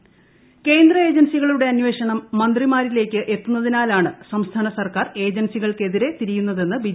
P Nadda Kannur കേന്ദ്ര ഏജൻസികളുടെ അന്വേഷണം മന്ത്രിമാരിലേക്ക് എത്തുന്നതിനാലാണ് സംസ്ഥാന സർക്കാർ ഏജൻസികൾക്കെതിരെ തിരിയുന്നതെന്ന് ബി